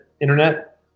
internet